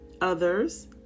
others